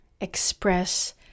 express